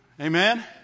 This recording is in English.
Amen